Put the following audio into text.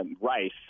Rice